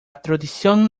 tradición